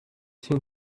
seen